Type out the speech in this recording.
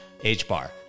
HBAR